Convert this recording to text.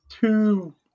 two